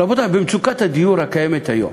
רבותי, במצוקת הדיור הקיימת היום,